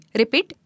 repeat